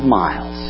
miles